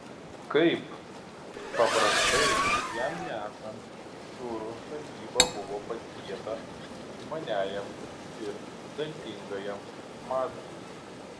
kaip paprastai jam nesant durų sargyba buvo patikėta sumaniajam ir dantingajam mazgui